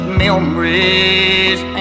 memories